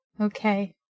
Okay